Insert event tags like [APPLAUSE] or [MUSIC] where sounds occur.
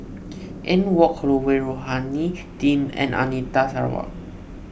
[NOISE] Anne Wong Holloway Rohani Din and Anita Sarawak